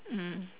mm